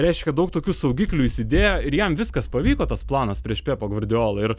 reiškia daug tokių saugiklių įsidėjo ir jam viskas pavyko tas planas prieš pepą gurdiolą ir